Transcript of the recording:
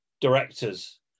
directors